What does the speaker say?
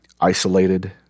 isolated